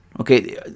okay